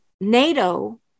nato